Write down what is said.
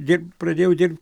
dirb pradėjau dirb